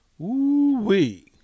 Ooh-wee